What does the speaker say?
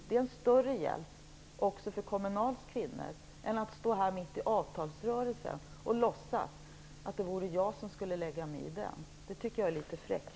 Det är en större hjälp, också för Kommunals kvinnor, än att stå här mitt i avtalsrörelsen och låtsas att jag skulle lägga mig i den. Det tycker jag är litet fräckt.